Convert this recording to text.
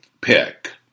pick